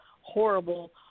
horrible